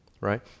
right